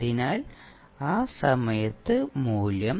അതിനാൽ ആ സമയത്ത് മൂല്യം